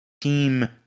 team